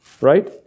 right